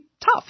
tough